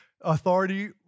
Authority